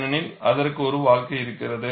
ஏனெனில் அதற்கு ஒரு வாழ்க்கை இருக்கிறது